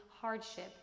hardship